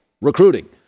recruiting